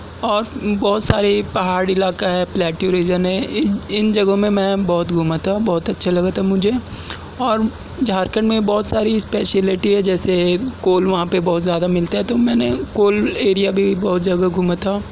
اور بہت سارے پہاڑی علاقہ ہے پلیٹیو ریزن ہے ان جگہوں میں میں بہت گھوما تھا بہت اچھا لگا تھا مجھے اور جھارکھنڈ میں بہت سارے اسپیشیلیٹی ہے جیسے کول وہاں پہ بہت زیادہ ملتا ہے تو میں نے کول ایریا بھی بہت جگہ گھوما تھا